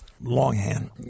longhand